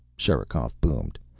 sherikov boomed.